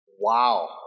Wow